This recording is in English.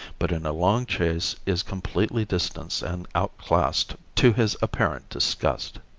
but in a long chase is completely distanced and outclassed to his apparent disgust.